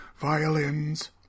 Violins